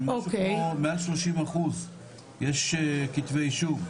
מעל 30 אחוז יש כתבי אישום,